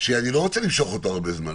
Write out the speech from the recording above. שאני לא רוצה למשוך אותו הרבה זמן,